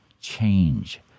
change